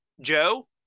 Joe